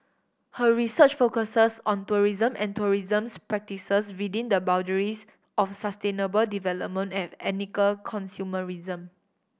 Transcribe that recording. her research focuses on tourism and tourism's practices within the boundaries of sustainable development and ethical consumerism